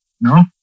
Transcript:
No